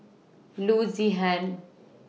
Loo Zihan